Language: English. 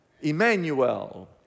Emmanuel